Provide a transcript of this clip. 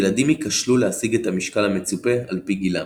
ילדים יכשלו להשיג את המשקל המצופה על פי גילם.